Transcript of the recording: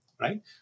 right